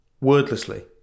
Wordlessly